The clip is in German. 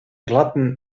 glatten